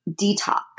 detox